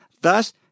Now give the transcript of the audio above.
thus